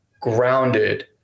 grounded